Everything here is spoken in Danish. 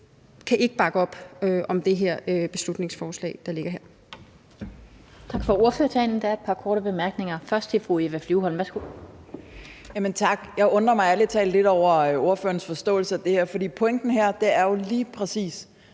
kan ikke bakke op om det beslutningsforslag, der ligger her.